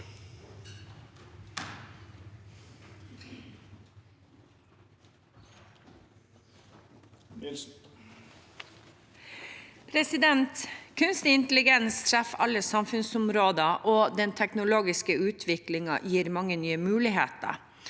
Kunstig intelligens treffer alle samfunnsområder, og den teknologiske utviklingen gir mange nye muligheter.